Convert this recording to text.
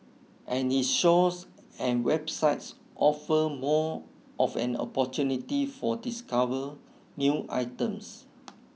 and its stores and website offer more of an opportunity for discover new items